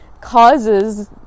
causes